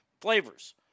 Flavors